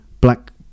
black